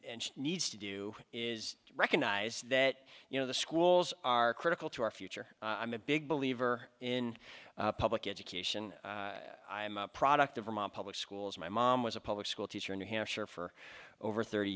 nd she needs to do is recognize that you know the schools are critical to our future i'm a big believer in public education i am a product of vermont public schools my mom was a public school teacher in new hampshire for over thirty